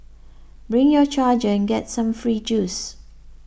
bring your charger and get some free juice